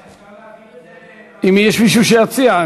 אפשר להעביר את זה, אם יש מישהו שיציע.